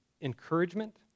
encouragement